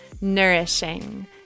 nourishing